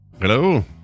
Hello